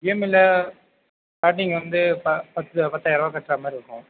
இஎம்ஐயில் ஸ்டார்டிங் வந்து ப பத்து பத்தாயிரம் ரூபா கட்டுறா மாதிரி இருக்கும்